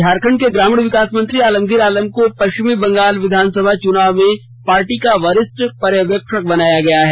झारखंड के ग्रामीण विकास मंत्री आलमगीर आलम को पश्चिम बंगाल विधानसभा चुनाव में पार्टी का वरिष्ठ पर्यवेक्षक बनाया गया है